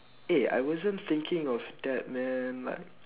eh I wasn't thinking of that man like